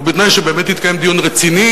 ובתנאי שבאמת יתקיים דיון רציני